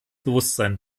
bewusstsein